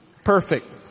Perfect